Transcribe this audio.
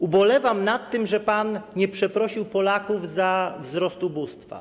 Ubolewam nad tym, że nie przeprosił pan Polaków za wzrost ubóstwa.